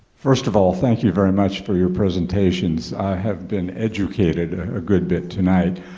first of all, thank you very much for your presentations. i have been educated a good bit tonight.